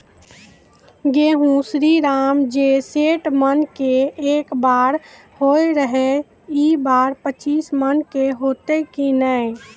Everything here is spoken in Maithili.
गेहूँ श्रीराम जे सैठ मन के एकरऽ होय रहे ई बार पचीस मन के होते कि नेय?